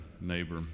neighbor